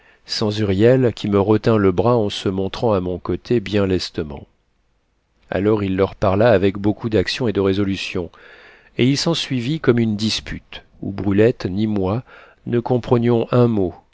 huriel qui me retint le bras en se montrant à mon côté bien lestement alors il leur parla avec beaucoup d'action et de résolution et il s'ensuivit comme une dispute où brulette ni moi ne comprenions un mot